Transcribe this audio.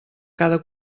cada